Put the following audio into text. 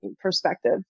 perspective